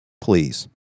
please